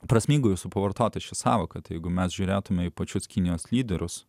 prasmingų suvartota ši sąvoka jeigu mes žiūrėtumėme į pačius kinijos lyderius